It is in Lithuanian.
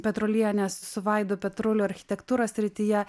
petrulienė su vaidu petruliu architektūros srityje